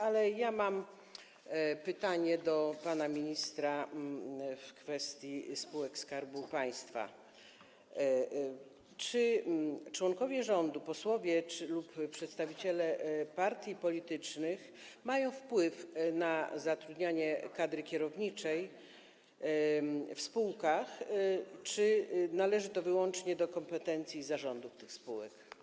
Ale ja mam pytanie do pana ministra w kwestii spółek Skarbu Państwa: Czy członkowie rządu, posłowie lub przedstawiciele partii politycznych mają wpływ na zatrudnianie kadry kierowniczej w spółkach, czy należy to wyłącznie do kompetencji zarządu tych spółek?